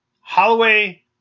Holloway